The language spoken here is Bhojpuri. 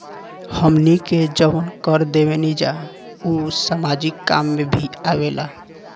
हमनी के जवन कर देवेनिजा उ सामाजिक काम में भी आवेला